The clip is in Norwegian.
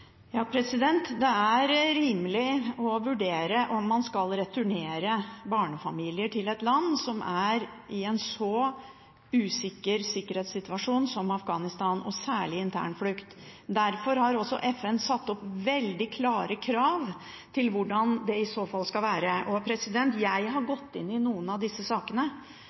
et land som er i en så usikker sikkerhetssituasjon som Afghanistan, og særlig til internflukt. Derfor har også FN satt opp veldig klare krav til hvordan det i så fall skal være. Jeg har gått inn i noen av disse sakene